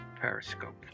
Periscope